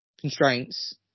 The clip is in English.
constraints